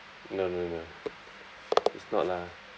no no no it's not lah